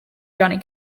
johnny